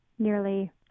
Nearly